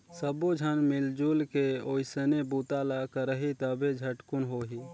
सब्बो झन मिलजुल के ओइसने बूता ल करही तभे झटकुन होही